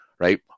right